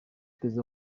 perezida